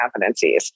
competencies